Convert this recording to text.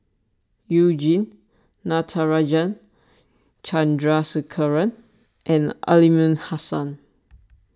You Jin Natarajan Chandrasekaran and Aliman Hassan